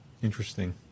Interesting